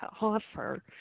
offer